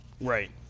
right